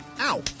Ow